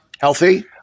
Healthy